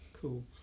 Cool